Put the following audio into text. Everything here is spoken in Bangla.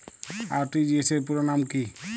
আর.টি.জি.এস র পুরো নাম কি?